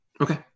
Okay